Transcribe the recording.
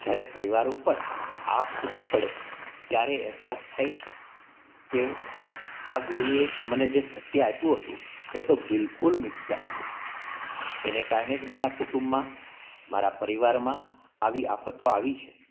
પરીવાર ઉપર આભ તૂટી પડે ત્યારે અહેસાસ થાયે છે કે આ ગુરુએ મને જે સત્ય આપ્યું હતું એ તો બિલકુલ મિથ્યા હતું એને કારણે જ મારા કુટુંબમાં મારા પરીવારમાં આવી આફતો આવી છે